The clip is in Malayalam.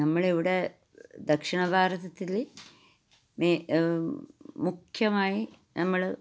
നമ്മളിവിടെ ദക്ഷിണ ഭാരതത്തില് മേ മുഖ്യമായി നമ്മള്